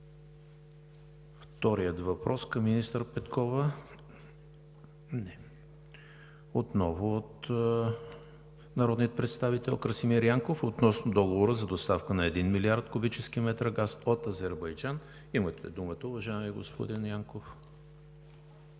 Вторият въпрос към министър Петкова отново е от народния представител Красимир Янков относно договор за доставка на 1 млрд. куб. м газ от Азербайджан. Имате думата, уважаеми господин Янков.